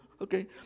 Okay